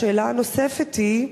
השאלה הנוספת היא: